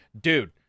dude